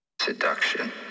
seduction